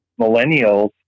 millennials